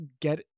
get